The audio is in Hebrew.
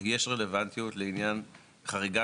חשוב להגיד, היה על זה דיון